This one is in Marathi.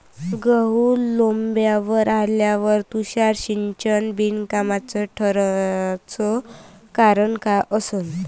गहू लोम्बावर आल्यावर तुषार सिंचन बिनकामाचं ठराचं कारन का असन?